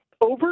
over